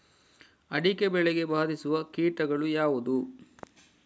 ಅಡಿಕೆ ಬೆಳೆಗೆ ಬಾಧಿಸುವ ಕೀಟಗಳು ಯಾವುವು?